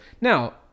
Now